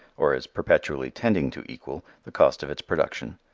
or is perpetually tending to equal, the cost of its production.